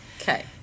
Okay